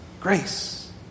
grace